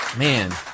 Man